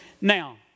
Now